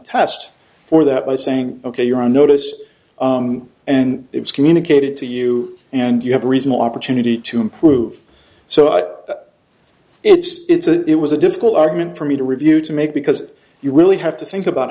test for that by saying ok you're on notice and it was communicated to you and you have a reasonable opportunity to improve so i it's a it was a difficult argument for me to review to make because you really have to think about